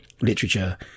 literature